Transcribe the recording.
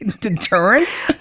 deterrent